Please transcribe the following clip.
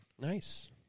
Nice